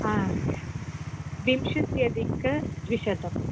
विंशत्यधिक द्विशतम्